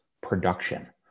production